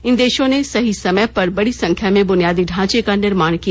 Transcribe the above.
इन देशों ने सही समय पर बड़ी संख्या में बुनियादी ढांचे का निर्माण किया